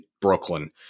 Brooklyn